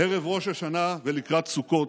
ערב ראש השנה ולקראת סוכות,